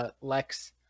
Lex